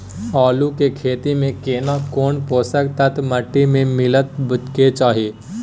आलू के खेती में केना कोन पोषक तत्व माटी में मिलब के चाही?